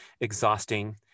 exhausting